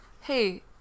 hey